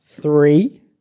Three